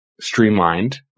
Streamlined